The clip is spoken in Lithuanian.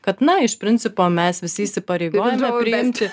kad na iš principo mes visi įsipareigojame priimti